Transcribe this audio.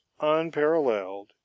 unparalleled